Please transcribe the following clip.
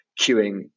queuing